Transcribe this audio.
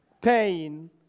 pain